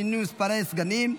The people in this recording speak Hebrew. שינוי מספרי סגנים),